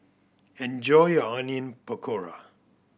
enjoy your Onion Pakora